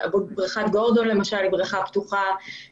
בריכת גורדון למשל היא בריכה פתוחה.